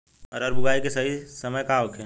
अरहर बुआई के सही समय का होखे?